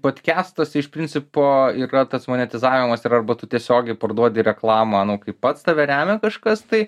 podkestuose iš principo yra tas monetizavimas ir arba tu tiesiogiai parduodi reklamą kaip pats tave remia kažkas tai